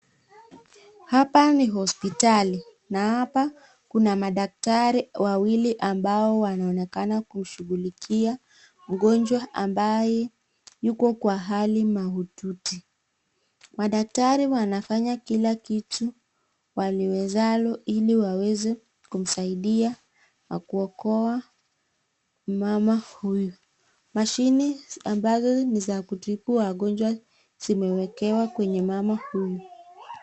Hapa ni hospitali na hapa kuna madaktari wawili ambao wanaonekana kushughulikia mgonjwa ambaye yuko kwa hali mahututi madaktari wanafanya kila kitu waliwezalo ili waweze kumsaidia kuokoa mama huyu. Mashine ambazo ni za kutibu wagonjwa zimewekewa kwenye mama huyu.